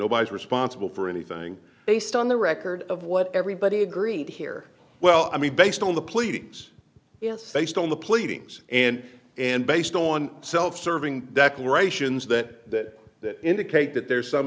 nobody's responsible for anything based on the record of what everybody agreed here well i mean based on the pleadings based on the pleadings and and based on self serving declarations that that indicate that there's some